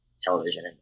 television